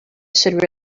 should